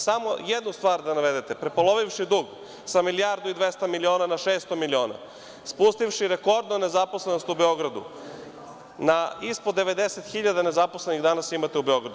Samo jednu stvar da navedete, prepolovivši dug sa milijardu i 200 miliona na 600 miliona, spustivši rekordno nezaposlenost u Beogradu na ispod 90.000 nezaposlenih danas imate u Beogradu.